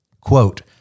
Quote